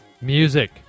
Music